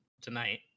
tonight